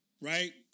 right